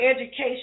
education